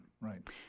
right